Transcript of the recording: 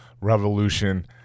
revolution